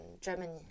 Germany